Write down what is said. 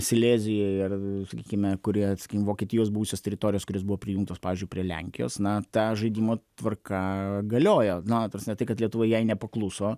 silezijoj ar sakykime kurie sakykim vokietijos buvusios teritorijos kurios buvo prijungtos pavyzdžiui prie lenkijos na ta žaidimo tvarka galiojo na ta prasme tai kad lietuva jai nepakluso